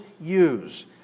use